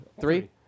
Three